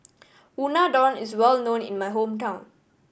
unadon is well known in my hometown